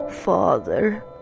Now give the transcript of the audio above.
Father